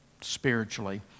spiritually